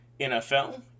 NFL